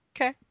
Okay